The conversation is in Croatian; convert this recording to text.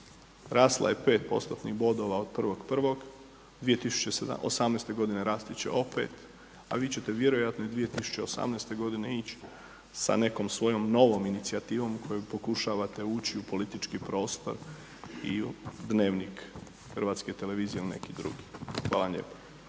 rasla je 5%-tnih bodova od 1.1., 2018. godine rasti će opet, a vi ćete vjerojatno i 2018. godine ići sa nekom svojom novom inicijativom kojom pokušavate ući u politički prostor i u Dnevnik HRT-a ili neki drugi. Hvala lijepa.